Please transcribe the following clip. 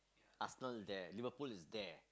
Arsenal is there Liverpool is there